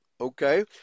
Okay